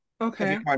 Okay